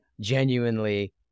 genuinely